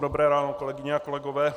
Dobré ráno kolegyně a kolegové.